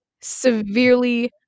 severely